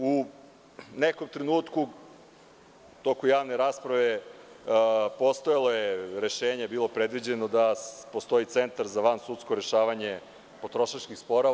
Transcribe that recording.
U nekom trenutku u toku javne rasprave postojalo je rešenje koje je bilo predviđeno, da postoji centar za vansudsko rešavanje potrošačkih sporova.